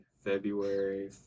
February